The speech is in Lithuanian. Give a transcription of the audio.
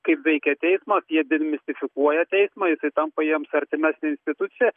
kaip veikia teismas jie demistifikuoja teismą jisai tampa jiems artimesnė institucija